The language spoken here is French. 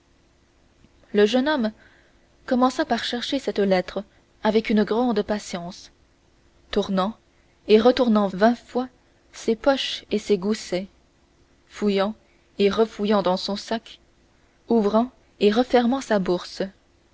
le jeune homme commença par chercher cette lettre avec une grande patience tournant et retournant vingt fois ses poches et ses goussets fouillant et refouillant dans son sac ouvrant et refermant sa bourse